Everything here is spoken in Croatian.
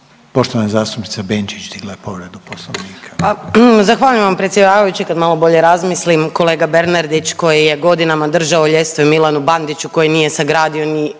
Poštovana zastupnica Bušić je digla povredu poslovnika.